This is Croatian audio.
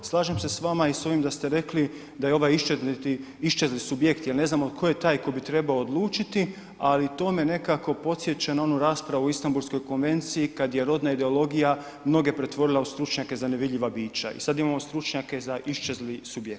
Slažem se s vama i s ovim da ste rekli da je ovaj iščezli subjekt jer ne znamo tko je taj tko bi trebao odlučiti, ali tome nekako podsjeća na onu raspravu o Istambulskoj konvenciji kad je rodna ideologija mnoge pretvorila u stručnjake za nevidljiva bića i sad imamo stručnjake za iščezli subjekt.